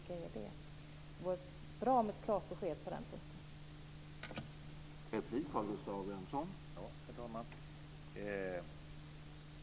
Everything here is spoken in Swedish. Det vore bra med ett klart besked på den punkten.